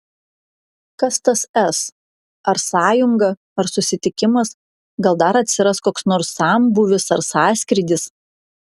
kas tas s ar sąjunga ar susitikimas gal dar atsiras koks nors sambūvis ar sąskrydis